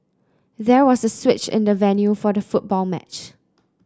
there was a switch in the venue for the football match